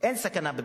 אין סכנה בפסוק,